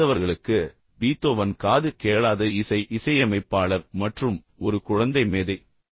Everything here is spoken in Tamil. அறியாதவர்களுக்கு பீத்தோவன் காது கேளாத இசை இசையமைப்பாளர் மற்றும் ஒரு குழந்தை மேதை